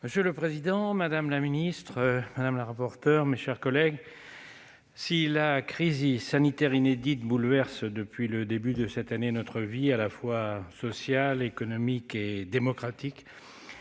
Monsieur le président, madame la ministre, mes chers collègues, si la crise sanitaire inédite bouleverse depuis le début de cette année notre vie, à la fois sociale, économique et démocratique,